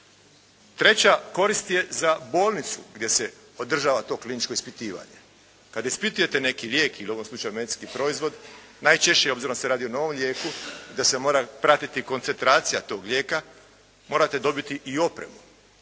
Treća korist je za bolnicu gdje se održava to kliničko ispitivanje. Kada ispitujete neki lijek ili u ovom slučaju medicinski proizvod, najčešće obzirom da se radi o novom lijeku, da se mora pratiti koncentracija tog lijeka. Morate dobiti i opremu